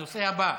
הנושא הבא,